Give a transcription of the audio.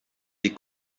des